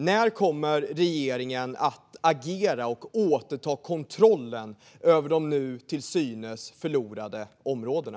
När kommer regeringen att agera och återta kontrollen över de nu till synes förlorade områdena?